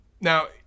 Now